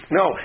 no